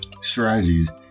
strategies